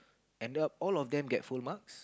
ended up all of them get full marks